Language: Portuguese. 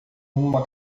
uma